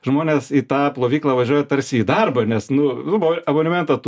žmonės į tą plovyklą važiuoja tarsi į darbą nes nu abonementą turi ir plauna